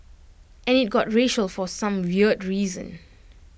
and IT got racial for some weird reason